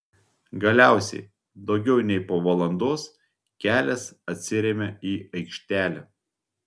galiausiai daugiau nei po valandos kelias atsiremia į aikštelę